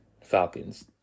Falcons